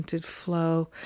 flow